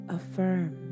affirm